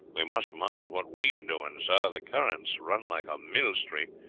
we must mind what we are doing, sir the currents run like a millstream,